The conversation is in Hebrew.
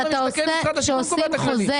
"מחיר למשתכן" משרד השיכון קובע את הכללים.